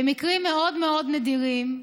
במקרים מאוד מאוד נדירים,